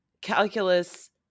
Calculus